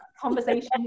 conversation